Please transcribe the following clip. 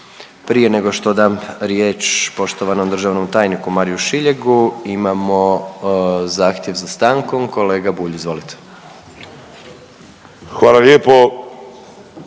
Prije nego što dam riječ poštovanom državnom tajniku Mariju Šiljegu imamo zahtjev za stankom. Kolega Bulj, izvolite. **Bulj,